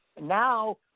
Now